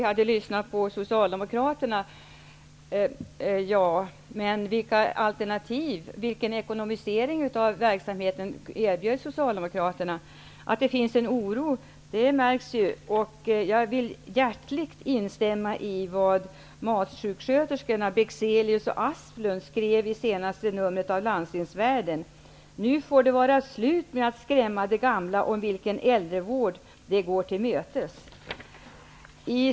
Herr talman! Vilka alternativ till ekonomisering av verksamheten erbjöd Socialdemokraterna? Det märks att det finns en oro. Jag vill hjärtligt gärna instämma i det MAS-sjuksköterskorna Landstingsvärlden. De skrev att det får vara slut med att skrämma de gamla om vilken äldrevård de går till mötes.